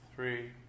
three